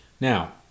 Now